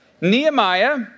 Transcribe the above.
Nehemiah